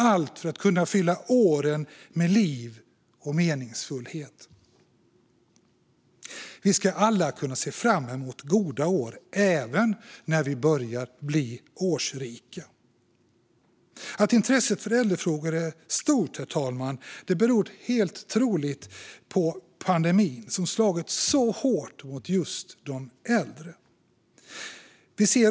Allt handlar om att kunna fylla sina år med liv och meningsfullhet. Vi ska alla kunna se fram emot goda år även när vi börjar bli årsrika. Herr talman! Att intresset för äldrefrågor är stort beror troligtvis på att pandemin slagit hårt mot just de äldre.